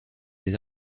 des